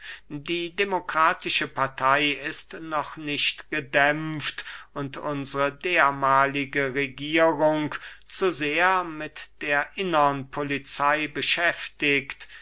die demokratische partey ist noch nicht gedämpft und unsre dermahlige regierung zu sehr mit der innern polizey beschäftigt